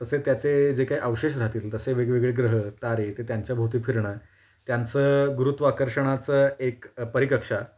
तसे त्याचे जे काही अवशेष राहतील तसे वेगवेगळे ग्रह तारे ते त्यांच्याभोवती फिरणं त्यांचं गुरुत्वाकर्षणाचं एक परिकक्षा